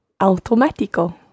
Automático